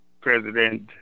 President